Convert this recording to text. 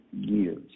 years